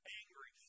angry